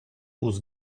was